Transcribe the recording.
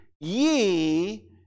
ye